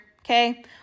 okay